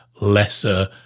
lesser